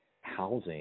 housing